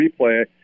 replay